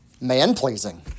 Man-pleasing